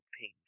pain